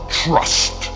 trust